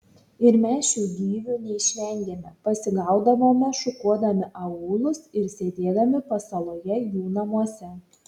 ir mes šių gyvių neišvengėme pasigaudavome šukuodami aūlus ar sėdėdami pasaloje jų namuose